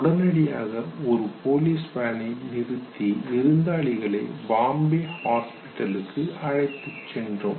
உடனடியாக ஒரு போலீஸ் வேனை நிறுத்தி விருந்தாளிகளை பாம்பே ஹாஸ்பிடலுக்கு அழைத்துச் சென்றோம்